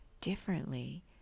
differently